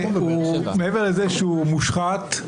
מעבר לזה שהוא מושחת,